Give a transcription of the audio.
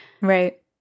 right